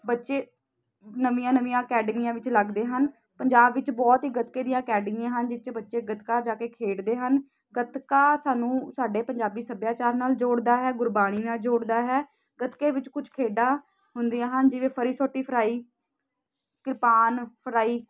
ਬੱਚੇ ਨਵੀਆਂ ਨਵੀਆਂ ਅਕੈਡਮੀਆਂ ਵਿੱਚ ਲੱਗਦੇ ਹਨ ਪੰਜਾਬ ਵਿੱਚ ਬਹੁਤ ਹੀ ਗਤਕੇ ਦੀਆਂ ਅਕੈਡਮੀਆਂ ਹਨ ਜਿਹ 'ਚ ਬੱਚੇ ਗਤਕਾ ਜਾ ਕੇ ਖੇਡਦੇ ਹਨ ਗਤਕਾ ਸਾਨੂੰ ਸਾਡੇ ਪੰਜਾਬੀ ਸੱਭਿਆਚਾਰ ਨਾਲ ਜੋੜਦਾ ਹੈ ਗੁਰਬਾਣੀ ਨਾਲ ਜੋੜਦਾ ਹੈ ਗਤਕੇ ਵਿੱਚ ਕੁਛ ਖੇਡਾਂ ਹੁੰਦੀਆਂ ਹਨ ਜਿਵੇਂ ਫਰੀ ਸੋਟੀ ਫਰਾਈ ਕਿਰਪਾਨ ਫਰਾਈ